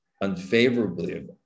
unfavorably